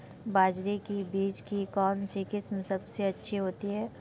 बाजरे के बीज की कौनसी किस्म सबसे अच्छी होती है?